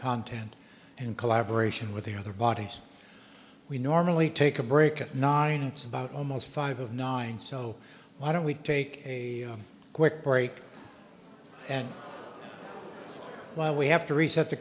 content in collaboration with the other bodies we normally take a break at nine it's about almost five of nine so why don't we take a quick break and why we have to reset the